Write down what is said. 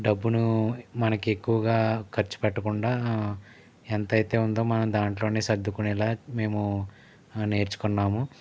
డబ్బును మనకి ఎక్కువగా ఖర్చు పెట్టకుండా ఎంతైతో ఉందో మనం దాంట్లోనే సర్దుకునేలా మేము నేర్చుకున్నాము